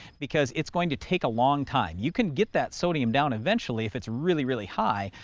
because it's going to take a long time. you can get that sodium down eventually, if it's really really high,